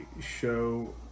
show